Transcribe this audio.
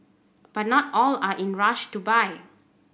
but not all are in rush to buy